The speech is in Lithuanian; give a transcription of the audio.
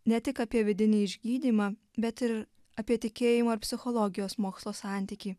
ne tik apie vidinį išgydymą bet ir apie tikėjimo ir psichologijos mokslo santykį